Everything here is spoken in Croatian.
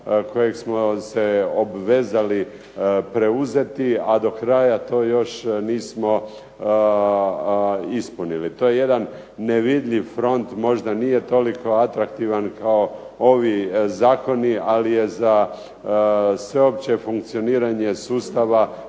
kojeg smo se obvezali preuzeti, a do kraja to još nismo ispunili. To je jedan nevidljiv front, možda nije toliko atraktivan kao ovi zakoni, ali je za sveopće funkcioniranje sustava